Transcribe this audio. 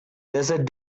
desert